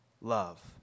love